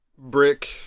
Brick